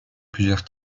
plusieurs